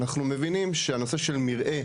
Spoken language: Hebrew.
אנחנו מבינים שהנושא של מרעה